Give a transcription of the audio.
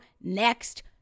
next